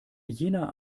jener